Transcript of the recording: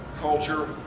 culture